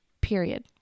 Period